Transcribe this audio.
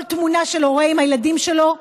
כל תמונה של הורה עם הילדים שלו,